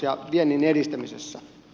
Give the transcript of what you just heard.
arvoisa puhemies